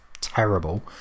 terrible